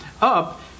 up